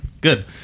good